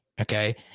Okay